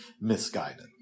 misguided